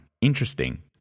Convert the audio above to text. interesting